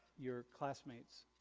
your classmates,